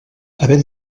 havent